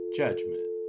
judgment